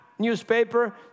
newspaper